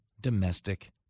domestic